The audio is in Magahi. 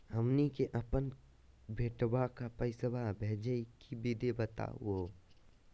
हमनी के अपन बेटवा क पैसवा भेजै के विधि बताहु हो?